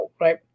right